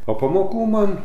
po pamokų man